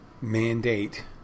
Mandate